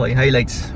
highlights